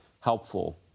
helpful